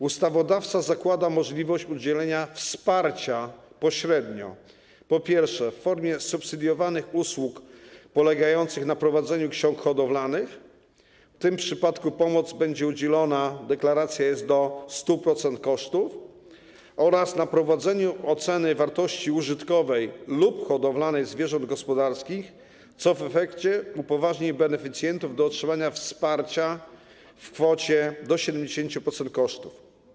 Ustawodawca zakłada możliwość udzielenia wsparcia pośrednio, po pierwsze, w formie subsydiowanych usług polegających na prowadzeniu ksiąg hodowlanych - w tym przypadku pomoc będzie udzielona zgodnie z deklaracją do 100% kosztów - oraz na prowadzeniu oceny wartości użytkowej lub hodowlanej zwierząt gospodarskich, co w efekcie upoważni beneficjentów do otrzymania wsparcia w kwocie do 70% kosztów.